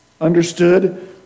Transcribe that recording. Understood